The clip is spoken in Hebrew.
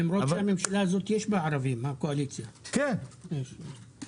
למרות שבממשלה הזאת יש ערבים בקואליציה, ואפילו